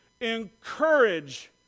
Encourage